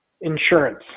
insurance